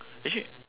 actually